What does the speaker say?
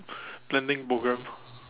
blending programme